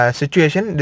situation